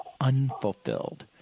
unfulfilled